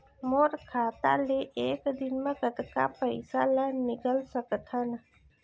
मोर खाता ले एक दिन म कतका पइसा ल निकल सकथन?